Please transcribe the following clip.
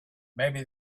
maybe